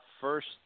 First